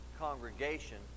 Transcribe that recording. congregation